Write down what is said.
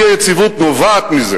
האי-יציבות נובעת מזה